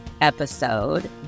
episode